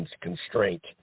constraint